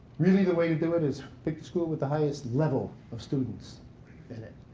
really the way to do it is pick the school with the highest level of students in it.